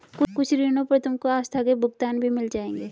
कुछ ऋणों पर तुमको आस्थगित भुगतान भी मिल जाएंगे